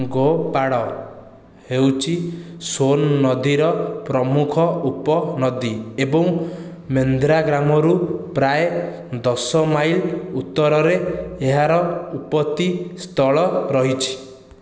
ଗୋପାଡ଼ ହେଉଛି ସୋନ୍ ନଦୀର ପ୍ରମୁଖ ଉପନଦୀ ଏବଂ ମେନ୍ଦ୍ରା ଗ୍ରାମରୁ ପ୍ରାୟ ଦଶ ମାଇଲ୍ ଉତ୍ତରରେ ଏହାର ଉତ୍ପତ୍ତି ସ୍ଥଳ ରହିଛି